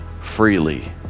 freely